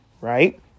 right